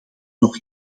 nog